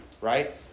right